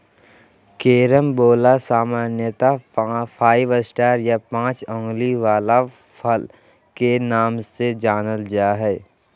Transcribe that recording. carambola सामान्यत five star या पाँच उंगली वला फल के नाम से जानल जा हय